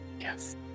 yes